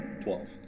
Twelve